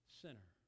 sinner